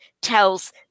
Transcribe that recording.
tells